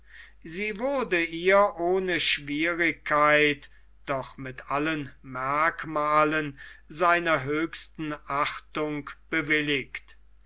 sie wurde ihr ohne schwierigkeit doch mit allen merkmalen seiner höchsten achtung bewilligt